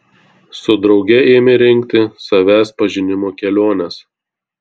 su drauge ėmė rengti savęs pažinimo keliones